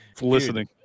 listening